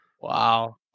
Wow